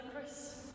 Chris